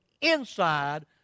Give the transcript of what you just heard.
inside